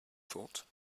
thought